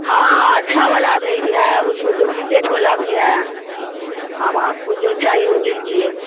ہاں اچھا والا مل گیا اس سے ڈبلیکیٹ والا بھی ہے اب آپ کو جو چاہی وہ لے لیجیے